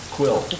Quill